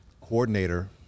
Coordinator